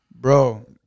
Bro